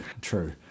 true